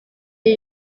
new